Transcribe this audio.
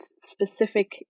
specific